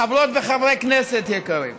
חברות וחברי כנסת יקרים: